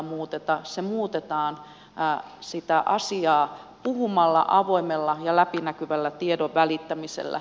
se muutetaan siitä asiasta puhumalla avoimella ja läpinäkyvällä tiedon välittämisellä